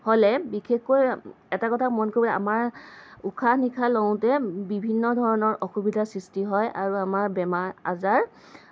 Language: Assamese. হ'লে বিশেষকৈ এটা কথা মন কৰিব আমাৰ উশাহ নিশাহ লওঁতে বিভিন্ন ধৰণৰ অসুবিধাৰ সৃষ্টি হয় আৰু আমাৰ বেমাৰ আজাৰ